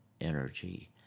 energy